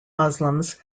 muslims